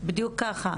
בדיוק כך,